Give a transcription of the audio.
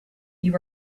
you